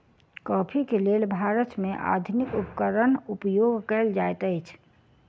coffee के लेल भारत में आधुनिक उपकरण उपयोग कएल जाइत अछि